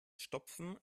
stopfen